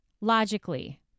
logically